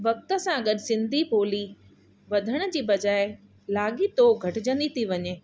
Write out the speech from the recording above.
वक़्त सां गॾु सिंधी ॿोली वधण जे बजाए लॻे थो घटिजंदी थी वञे